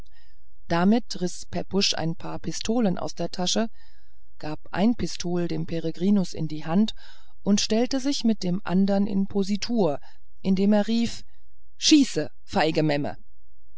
damit riß pepusch ein paar pistolen aus der tasche gab ein pistol dem peregrinus in die hand und stellte sich mit dem andern in positur indem er rief schieße feige memme